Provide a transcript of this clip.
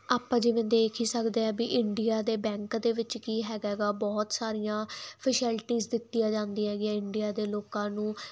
ਆਪਾਂ ਜਿਵੇਂ ਦੇਖ ਹੀ ਸਕਦੇ ਆ ਵੀ ਇੰਡੀਆ ਦੇ ਬੈਂਕ ਦੇ ਵਿੱਚ ਕੀ ਹੈਗਾ ਗਾ ਬਹੁਤ ਸਾਰੀਆਂ ਫੈਸਿਲਟੀਜ ਦਿੱਤੀਆਂ ਜਾਂਦੀਆਂ ਹੈਗੀਆਂ ਇੰਡੀਆ ਦੇ ਲੋਕਾਂ ਨੂੰ